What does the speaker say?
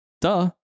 Duh